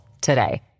today